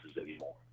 anymore